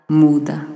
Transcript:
muda